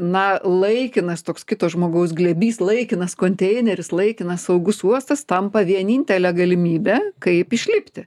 na laikinas toks kito žmogaus glėbys laikinas konteineris laikinas saugus uostas tampa vienintele galimybe kaip išlipti